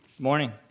Morning